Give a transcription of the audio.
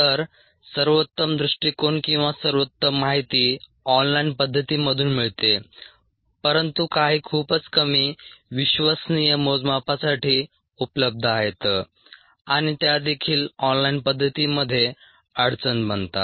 तर सर्वोत्तम दृष्टिकोन किंवा सर्वोत्तम माहिती ऑन लाइन पद्धतींमधून मिळते परंतु काही खूपच कमी विश्वसनीय मोजमापासाठी उपलब्ध आहेत आणि त्यादेखील ऑनलाइन पद्धतींमध्ये अडचण बनतात